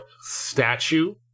statue